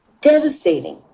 Devastating